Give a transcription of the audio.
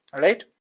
alright?